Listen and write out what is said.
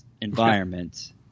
environment